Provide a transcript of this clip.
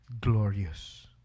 Glorious